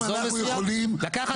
או אזור מסוים -- הוא שואל שאלה אחרת,